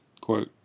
quote